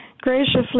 graciously